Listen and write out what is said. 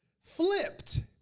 flipped